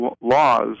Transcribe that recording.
laws